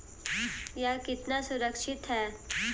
यह कितना सुरक्षित है?